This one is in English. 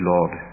Lord